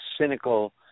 cynical